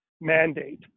mandate